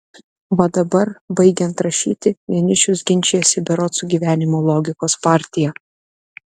va dabar baigiant rašyti vienišius ginčijasi berods su gyvenimo logikos partija